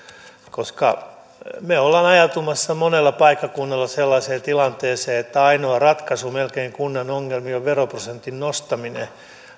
koska me olemme ajautumassa monella paikkakunnalla sellaiseen tilanteeseen että melkein ainoa ratkaisu kunnan ongelmiin on veroprosentin nostaminen